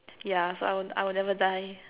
yeah so I will I will never die